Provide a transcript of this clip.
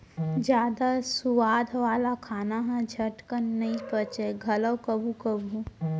जादा सुवाद वाला खाना ह झटकन नइ पचय घलौ कभू कभू